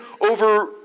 over